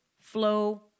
flow